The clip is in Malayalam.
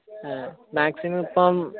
മാക്സിമം ഇപ്പം